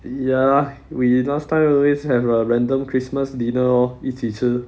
ya we last time always have a random christmas dinner 一起吃